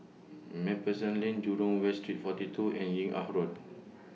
MacPherson Lane Jurong West Street forty two and Yung An Road